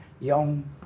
young